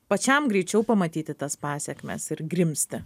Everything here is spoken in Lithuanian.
pačiam greičiau pamatyti tas pasekmes ir grimzti